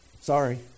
Sorry